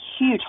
huge